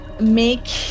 make